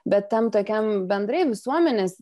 bet tam tokiam bendrai visuomenės